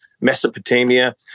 Mesopotamia